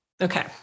Okay